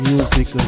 Music